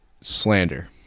slander